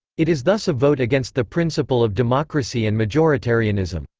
it is thus a vote against the principle of democracy and majoritarianism.